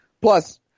Plus